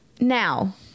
Now